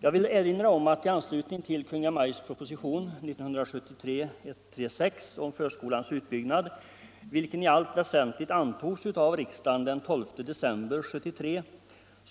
Jag vill erinra om att i anslutning till Kungl. Maj:ts proposition 1973:136 om förskolans utbyggnad, vilken i allt väsentligt antogs av riksdagen den 12 december 1973,